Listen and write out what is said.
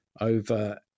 over